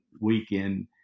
weekend